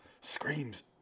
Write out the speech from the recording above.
screams